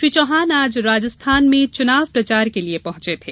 श्री चौहान आज राजस्थान में चुनाव प्रचार के लिये पहुंचे थे